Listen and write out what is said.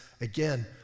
again